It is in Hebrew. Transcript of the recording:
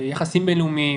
יחסים בינלאומיים,